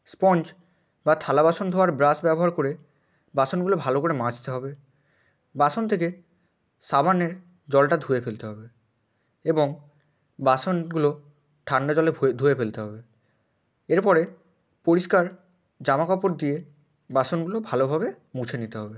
sponge বা থালা বাসন ধোয়ার ব্রাশ ব্যবহার করে বাসনগুলো ভালো করে মাজতে হবে বাসন থেকে সাবানের জলটা ধুয়ে ফেলতে হবে এবং বাসনগুলো ঠান্ডা জলে ধুয়ে ফেলতে হবে এরপরে পরিষ্কার জামাকাপড় দিয়ে বাসনগুলো ভালোভাবে মুছে নিতে হবে